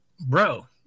bro